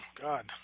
God